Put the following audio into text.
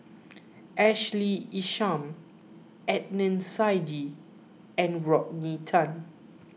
Ashley Isham Adnan Saidi and Rodney Tan